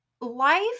life